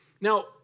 Now